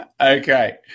Okay